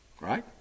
Right